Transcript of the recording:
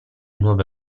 nuove